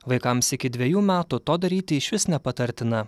vaikams iki dvejų metų to daryti išvis nepatartina